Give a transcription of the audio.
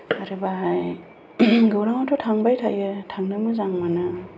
आरो बाहाय गौरांआवथ' थांबाय थायो थांनो मोजां मोनो